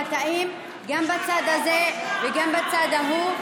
אבל אני מבקשת מהתאים גם בצד הזה וגם בצד ההוא.